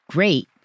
Great